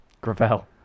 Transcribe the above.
Gravel